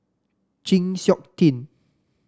Chng Seok Tin